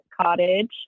cottage